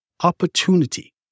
opportunity